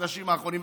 בחודשים האחרונים.